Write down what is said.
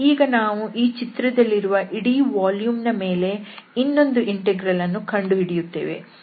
ಈಗ ನಾವು ಈ ಚಿತ್ರದಲ್ಲಿರುವ ಇಡೀ ವಾಲ್ಯೂಮ್ ನ ಮೇಲೆ ಇನ್ನೊಂದು ಇಂಟೆಗ್ರಲ್ ಅನ್ನು ಕಂಡು ಹಿಡಿಯುತ್ತೇವೆ